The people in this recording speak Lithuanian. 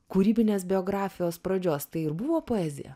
kūrybinės biografijos pradžios tai ir buvo poezija